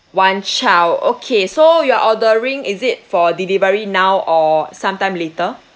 one child okay so you're ordering is it for delivery now or sometime later